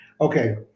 Okay